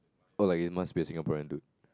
or like you must be a Singaporean dude